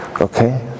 Okay